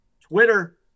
Twitter